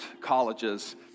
colleges